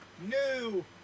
new